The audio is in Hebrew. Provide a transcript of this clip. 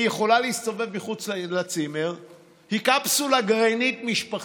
והיא יכולה להסתובב מחוץ לצימר כקפסולה גרעינית משפחתית.